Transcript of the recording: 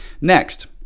Next